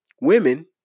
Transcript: Women